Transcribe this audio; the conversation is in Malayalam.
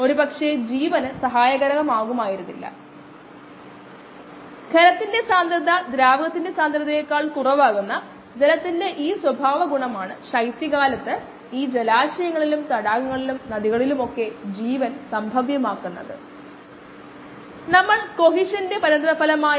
ഈ പ്രതികരണത്തിന്റെ തോത് മൈക്കിളിസ് മെന്റൻ സമവാക്യം പ്രകാരമായിരിക്കുമെന്ന് നമുക്കറിയാം മൈക്കലിസ് മെന്റൻ പാരാമീറ്ററുകൾ ഒരു പാർട്ട് എ മുതൽ നമുക്കറിയാം